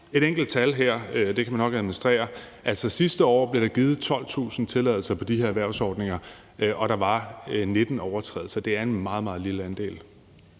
et enkelt tal her – det kan man nok administrere: Sidste år blev der givet 12.000 tilladelser på de her erhvervsordninger, og der var 19 overtrædelser. Det er en meget, meget lille andel.